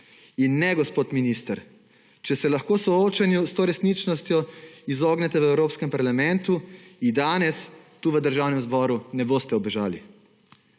In ne, gospod minister, če se lahko soočenju s to resničnostjo izognete v Evropskem parlamentu, mu danes tu v Državnem zboru ne boste ubežali.